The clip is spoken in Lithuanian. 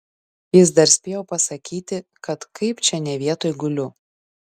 jis dar spėjo pasakyti kad kaip čia ne vietoj guliu